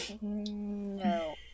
No